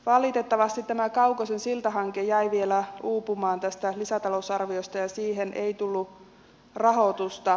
valitettavasti tämä kaukosen siltahanke jäi vielä uupumaan tästä lisätalousarviosta ja siihen ei tullut rahoitusta